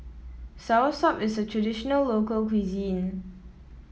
soursop is a traditional local cuisine